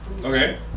Okay